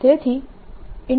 તેથી B